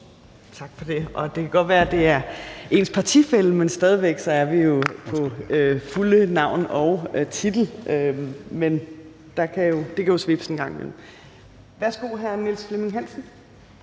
Tak for det. Det kan godt være, det er ens partifælle, men stadig væk er vi på fulde navn og titel – men det kan jo svipse en gang imellem. Værsgo, hr. Niels Flemming Hansen.